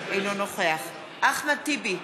אינו נוכח אחמד טיבי,